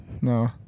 No